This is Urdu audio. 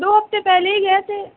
دو ہفتے پہلے ہی گئے تھے